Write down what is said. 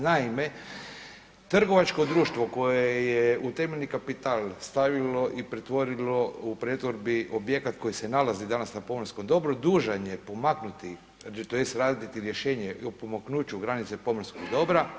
Naime, trgovačko društvo koje je u temeljni kapital stavilo i pretvorilo u pretvorbi objekat koji se nalazi danas na pomorskom dobru, dužan je pomaknuti, tj. raditi rješenje o pomaknuću granice pomorskog dobra.